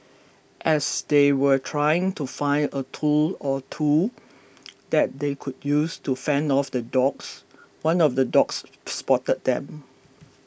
as they were trying to find a tool or two that they could use to fend off the dogs one of the dogs spotted them